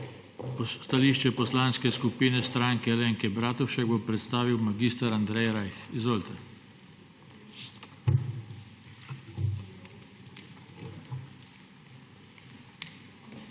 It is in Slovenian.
Stališče poslanske skupine Stranke Alenke Bratušek bo predstavil mag. Andrej Rajh. Izvolite.